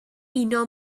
uno